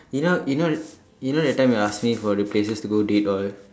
you know you know you know that time you ask me for the places to go date all